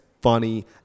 funny